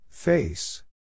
Face